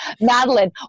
Madeline